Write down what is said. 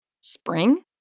Spring